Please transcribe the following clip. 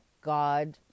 God